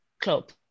club